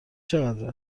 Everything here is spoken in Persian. چقدر